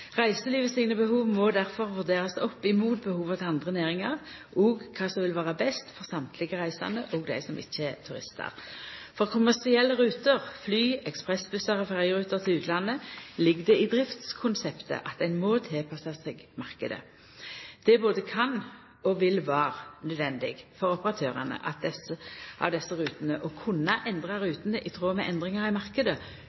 Reiselivet sine behov må difor vurderast opp mot behova til andre næringar og kva som vil vera best for alle reisande, òg dei som ikkje er turistar. For kommersielle ruter – fly, ekspressbussar og ferjeruter til utlandet – ligg det i driftskonseptet at ein må tilpassa seg marknaden. Det både kan og vil vera naudsynt for operatørane av desse rutene å kunna endra